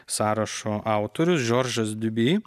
sąrašo autorius žoržas diubi